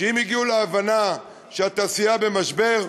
שאם הגיעו להבנה שהתעשייה במשבר,